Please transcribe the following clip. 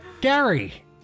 Gary